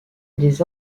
les